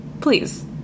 Please